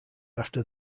after